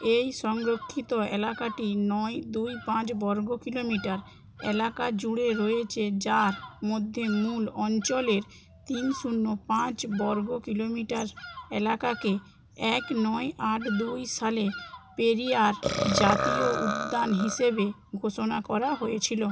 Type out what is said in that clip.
এই সংরক্ষিত এলাকাটি নয় দুই পাঁচ বর্গ কিলোমিটার এলাকা জুড়ে রয়েছে যার মধ্যে মূল অঞ্চলের তিন শূন্য পাঁচ বর্গ কিলোমিটার এলাকাকে এক নয় আট দুই সালে পেরিয়ার জাতীয় উদ্যান হিসেবে ঘোষণা করা হয়েছিল